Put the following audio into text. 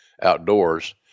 outdoors